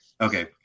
Okay